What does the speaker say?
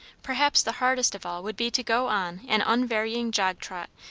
perhaps the hardest of all would be to go on an unvarying jog-trot,